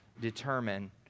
determine